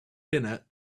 dinner